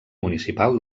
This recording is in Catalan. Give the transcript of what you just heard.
municipal